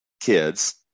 kids